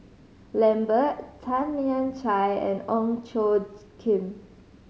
Lambert Tan Lian Chye and Ong Tjoe Kim